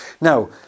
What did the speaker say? Now